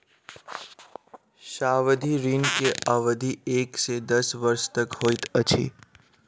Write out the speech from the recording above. सावधि ऋण के अवधि एक से दस वर्ष तक होइत अछि